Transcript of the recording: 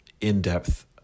in-depth